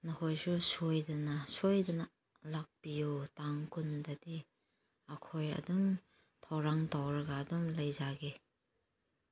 ꯅꯈꯣꯏꯁꯨ ꯁꯣꯏꯗꯅ ꯁꯣꯏꯗꯅ ꯂꯥꯛꯄꯤꯌꯣ ꯇꯥꯡ ꯀꯨꯟꯗꯗꯤ ꯑꯩꯈꯣꯏ ꯑꯗꯨꯝ ꯊꯧꯔꯥꯡ ꯇꯧꯔꯒ ꯑꯗꯨꯝ ꯂꯩꯖꯒꯦ